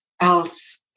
else